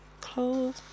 close